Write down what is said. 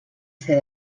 ser